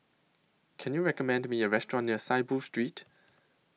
Can YOU recommend Me A Restaurant near Saiboo Street